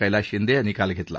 कैलास शिंदे यांनी काल घेतला